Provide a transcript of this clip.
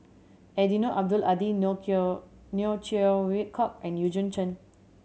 Eddino Abdul Hadi Neo Chwee Kok and Eugene Chen